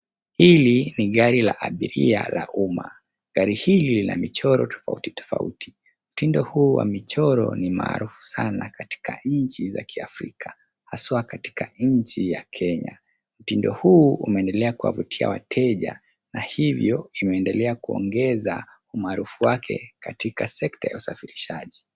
Hili ni gari la abiria la umma. Gari hili lina michoro tofauti tofauti. Mtindo huu wa michoro ni maarufu sana katika nchi za Kiafrika haswa katika nchi ya Kenya. Mtindo huu umeendelea kuwavutia wateja na hivyo imeendelea kuongeza umaarufu wake katika sekta ya usafirishaji.